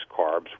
carbs